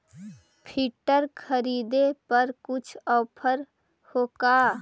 Filter खरिदे पर कुछ औफर है का?